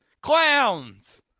Clowns